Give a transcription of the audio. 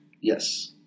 Yes